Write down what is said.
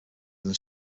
than